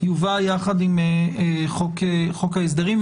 יובא יחד עם חוק ההסדרים,